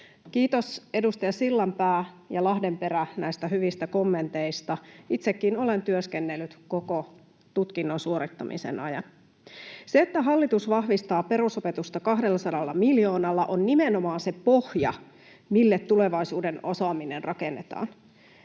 Kiitos, edustajat Sillanpää ja Lahdenperä, näistä hyvistä kommenteista. Itsekin olen työskennellyt koko tutkinnon suorittamisen ajan. Se, että hallitus vahvistaa perusopetusta 200 miljoonalla, on nimenomaan se pohja, mille tulevaisuuden osaaminen rakennetaan.